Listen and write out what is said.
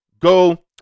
go